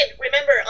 remember